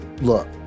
look